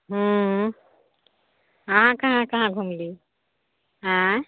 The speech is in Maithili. हूँ ओ आहाँ काहाँ काहाँ घुमली आएँ